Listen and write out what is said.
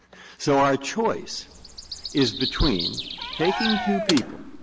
so our choice is between taking two people,